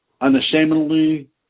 unashamedly